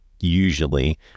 usually